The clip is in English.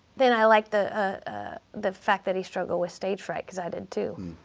then i liked the ah the fact that he struggled with stage fright because i did too.